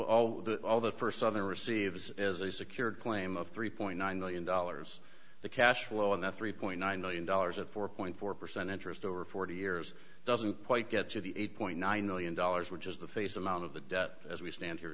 plan all the first southern receives is a secured claim of three point nine million dollars the cash flow and the three point nine million dollars of four point four percent interest over forty years doesn't quite get to the eight point nine million dollars which is the face amount of the debt as we stand here